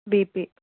B P